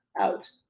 out